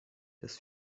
das